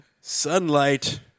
Sunlight